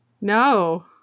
no